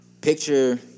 picture